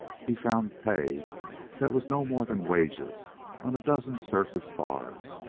he found pay that was no more than wages on a dozen surface bars,